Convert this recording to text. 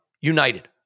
United